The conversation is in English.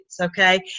Okay